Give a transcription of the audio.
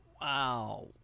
Wow